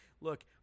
Look